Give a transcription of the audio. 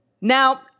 Now